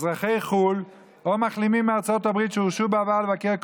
אזרחי חו"ל או מחלימים מארצות הברית שהורשו בעבר לבקר קרובים,